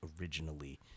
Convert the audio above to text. originally